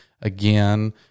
again